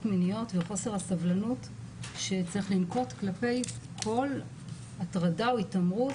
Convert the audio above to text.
מיניות וחוסר הסובלנות שצריך לנקוט כלפי כל הטרדה או התעמרות.